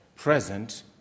present